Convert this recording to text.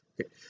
Okay